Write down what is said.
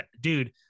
dude